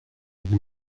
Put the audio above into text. ddim